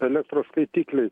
elektros skaitikliai